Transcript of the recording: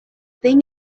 thing